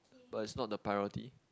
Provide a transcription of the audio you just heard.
but is not the priority